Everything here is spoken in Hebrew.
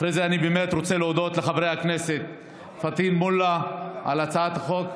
אחרי זה אני באמת רוצה להודות לחבר הכנסת פטין מולא על הצעת החוק.